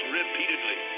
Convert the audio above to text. repeatedly